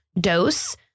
dose